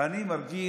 עוד אני מרגיש